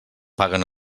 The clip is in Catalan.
paguen